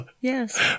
Yes